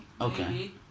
Okay